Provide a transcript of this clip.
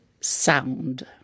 sound